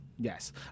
Yes